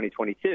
2022